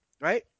Right